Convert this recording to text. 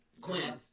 Quinn